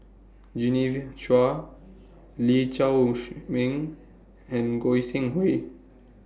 Genevieve Chua Lee Shao Meng and Goi Seng Hui